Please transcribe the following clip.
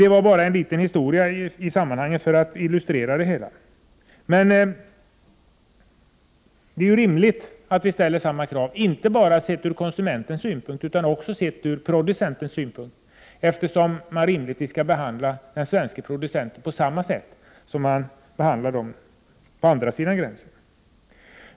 Detta var bara en liten historia i sammanhanget för att illustrera det hela. Det är rimligt inte bara från konsumentsynpunkt utan också från producentsynpunkt att vi ställer samma krav på inhemska och på importerade produkter, eftersom vi rimligtvis skall behandla den svenske producenten på samma sätt som man behandlar producenten på andra sidan gränsen.